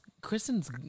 Kristen's